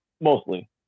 mostly